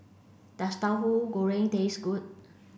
does Tauhu Goreng taste good